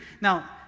Now